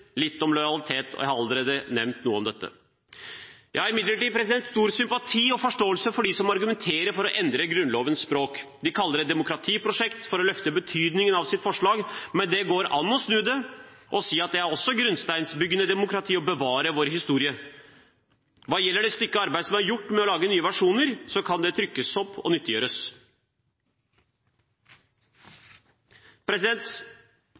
litt om lojalitet. Jeg har allerede nevnt noe om dette. Jeg har imidlertid stor sympati og forståelse for dem som argumenterer for å endre Grunnlovens språk. De kaller det et demokratiprosjekt – for å løfte betydningen av sitt forslag. Men det går an å snu det og si at det også er grunnsteinsbyggende demokrati å bevare vår historie. Når det gjelder det stykket arbeid som er gjort med å lage nye versjoner, kan de trykkes opp og